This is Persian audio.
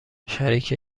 شریک